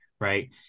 Right